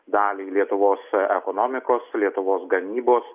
dalį lietuvos ekonomikos lietuvos gamybos